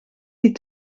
die